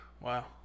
Wow